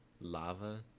lava